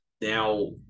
now